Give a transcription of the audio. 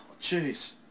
Jeez